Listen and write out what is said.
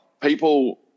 people